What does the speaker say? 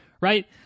Right